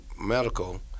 medical